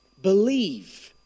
Believe